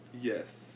Yes